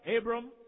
Abram